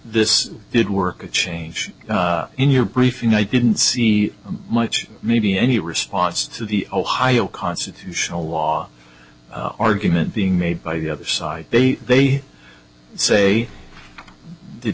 this did work change in your brief and i didn't see much maybe any response to the ohio constitutional law argument being made by the other side they they say th